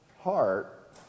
heart